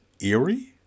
eerie